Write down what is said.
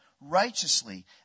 righteously